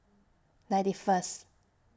ninety First